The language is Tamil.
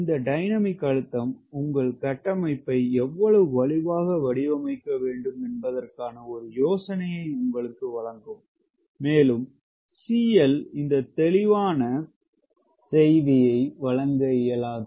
இந்த டைனமிக் அழுத்தம் உங்கள் கட்டமைப்பை எவ்வளவு வலுவாக வடிவமைக்க வேண்டும் என்பதற்கான ஒரு யோசனையை உங்களுக்கு வழங்கும் மேலும் CL இந்த தெளிவான செய்தியை வழங்க இயலாது